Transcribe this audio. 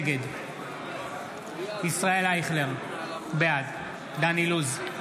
נגד ישראל אייכלר, בעד דן אילוז,